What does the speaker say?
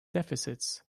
deficits